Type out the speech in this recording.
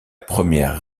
première